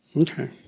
Okay